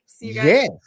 Yes